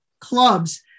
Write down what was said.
clubs